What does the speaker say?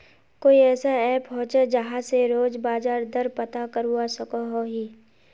कोई ऐसा ऐप होचे जहा से रोज बाजार दर पता करवा सकोहो ही?